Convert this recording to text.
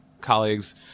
colleagues